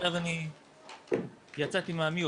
פתחתי ברז